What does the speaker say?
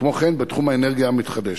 כמו כן, בתחום האנרגיה המתחדשת.